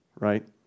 right